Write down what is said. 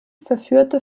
führte